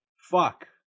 Fuck